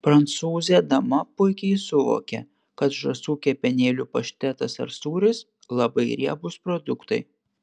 prancūzė dama puikiai suvokia kad žąsų kepenėlių paštetas ar sūris labai riebūs produktai